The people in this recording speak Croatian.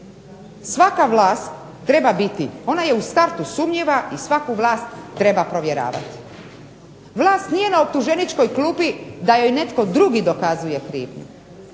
Svaka vlast treba biti, ona je u startu sumnjiva i svaku vlast treba provjeravati. Vlast nije na optuženičkoj klupi da joj netko drugi dokazuje krivnju,